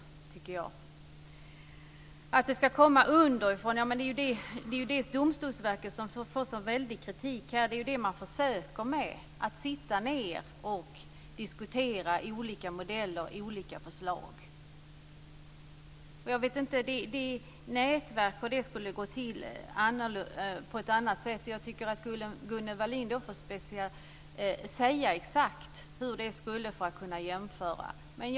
Vad avser att förslagen ska komma underifrån vill jag säga att det är detta som Domstolsverket, som här får en sådan väldig kritik, försöker åstadkomma. Man sätter sig ned och diskuterar olika modeller och förslag. Jag vet inte hur det skulle kunna fungera bättre med nätverk. Gunnel Wallin får tala om exakt hur det skulle gå till för att jag ska kunna jämföra alternativen.